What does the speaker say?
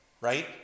right